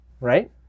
right